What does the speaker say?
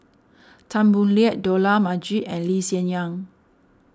Tan Boo Liat Dollah Majid and Lee Hsien Yang